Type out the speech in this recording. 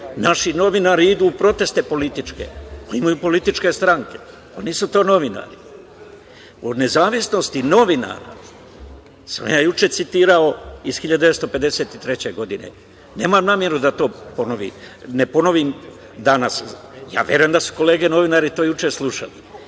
naši novinari idu u proteste političke, imaju političke stranke. Nisu to novinari. O nezavisnosti novinara, juče sam citirao iz 1953. godine, nemam nameru da to ponovim danas. Verujem da su to kolege novinari juče slušali. Ali,